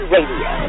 Radio